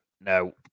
no